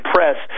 Press